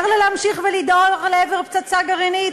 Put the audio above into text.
לה להמשיך ולדהור לעבר פצצה גרעינית,